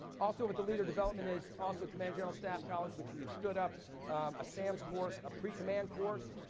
also, with the leader development is also command general staff college, which we have stood up a sams course, a pre-command course.